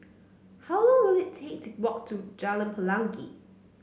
how long will it take to walk to Jalan Pelangi